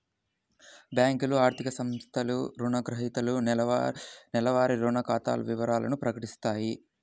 బ్యేంకులు, ఆర్థిక సంస్థలు రుణగ్రహీతలకు నెలవారీ రుణ ఖాతా వివరాలను ప్రకటిత్తాయి